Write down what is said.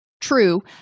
true